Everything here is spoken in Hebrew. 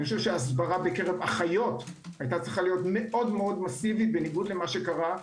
הסברה בקרב אחיות היתה צריכה להיות מאוד מסיבית בניגוד למה שקרה.